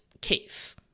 case